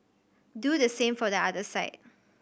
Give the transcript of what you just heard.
do the same for the other side